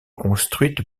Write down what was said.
construite